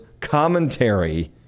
commentary